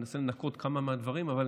אני מנסה לנקות כמה מהדברים, אבל